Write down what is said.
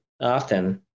often